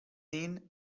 این